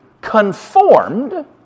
conformed